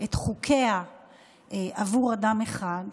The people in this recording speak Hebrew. את חוקיה עבור אדם אחד.